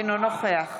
אינו נוכח